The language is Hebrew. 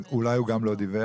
אולי הוא גם לא דיווח,